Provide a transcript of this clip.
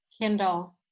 kindle